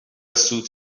سود